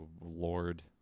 Lord